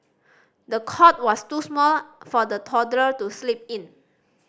the cot was too small for the toddler to sleep in